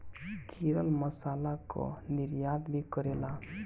केरल मसाला कअ निर्यात भी करेला